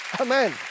Amen